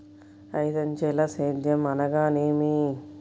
ఐదంచెల సేద్యం అనగా నేమి?